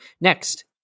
next